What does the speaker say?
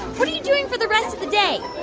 what are you doing for the rest of the day?